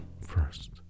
First